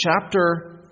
chapter